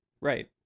Right